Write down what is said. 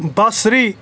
بَصری